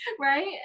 right